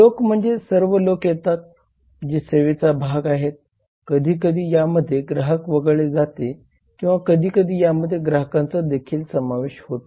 लोक म्हणजे सर्व लोक येतात जे सेवेचा भाग आहेत कधी कधी यामध्ये ग्राहक वगळले जाते किंवा कधीकधी यामध्ये ग्राहकांचा देखील समावेश होतो